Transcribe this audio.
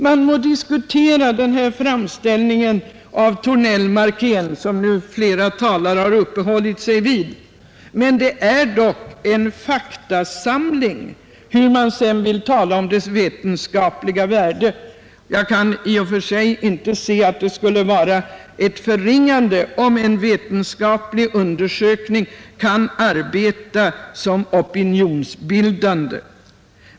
Man må diskutera sammanställningen i Thornell-Markéns bok som nu flera talare har uppehållit sig vid, men det gäller dock en faktasamling, hur man sedan vill bedöma dess vetenskapliga värde. Jag kan i och för sig inte se att det skulle innebära ett förringande om en vetenskaplig undersökning samtidigt kan vara opinionsbildande.